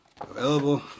available